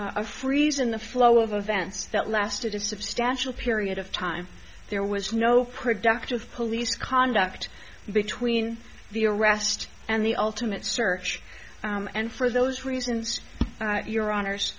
a freeze in the flow of events that lasted a substantial period of time there was no productive police conduct between the arrest and the ultimate search and for those reasons your hono